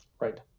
right